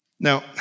Now